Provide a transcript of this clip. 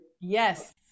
Yes